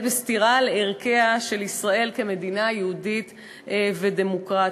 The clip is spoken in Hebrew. בסתירה לערכיה של ישראל כמדינה יהודית ודמוקרטית.